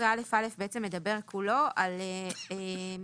סעיף 18א(א) מדבר כולו על איך